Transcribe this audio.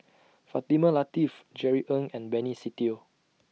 Fatimah Lateef Jerry Ng and Benny Se Teo